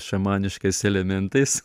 šamaniškais elemėntais